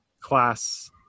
class